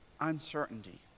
uncertainty